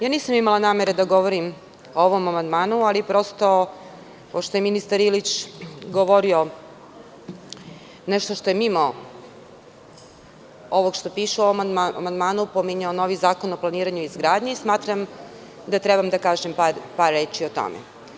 Ja nisam imala namere da govorim o ovom amandmanu, ali prosto, pošto je ministar Ilić govorio nešto što je mimo ovog što piše u amandmanu, pominjao novi zakon o planiranju i izgradnji, smatram da trebam da kažem par reči o tome.